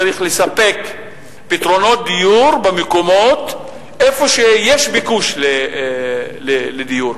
צריך לספק פתרונות דיור במקומות שיש ביקוש לדיור.